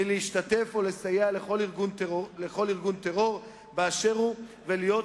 מלהשתתף או לסייע לכל ארגון טרור באשר הוא ומלהיות